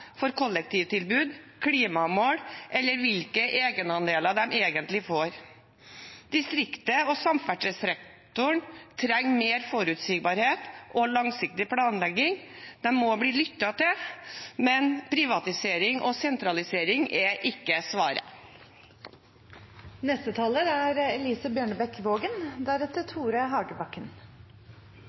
for kollektivtilbud, klimamål eller hvilke egenandeler de egentlig vil få. Distriktene og samferdselssektoren trenger mer forutsigbarhet og langsiktig planlegging. De må bli lyttet til, men privatisering og sentralisering er ikke